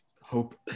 hope